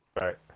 Right